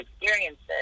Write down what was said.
experiences